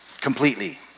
completely